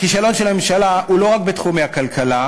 הכישלון של הממשלה הוא לא רק בתחומי הכלכלה,